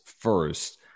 first